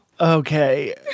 Okay